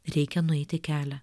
reikia nueiti kelią